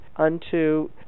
Unto